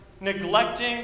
neglecting